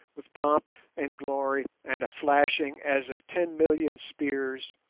with pomp and glory and a flashing as of ten million spears,